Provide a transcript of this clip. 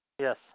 Yes